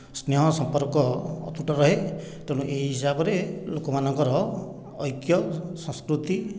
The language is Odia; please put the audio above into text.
ସ୍ନେହ ସମ୍ପର୍କ ଅତୁଟ ରୁହେ ତେଣୁ ଏହି ହିସାବରେ ଲୋକମାନଙ୍କର ଐକ୍ୟ ସଂସ୍କୃତି